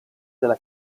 della